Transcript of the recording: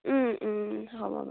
হ'ব বাৰু সেইটো